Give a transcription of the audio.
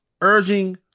urging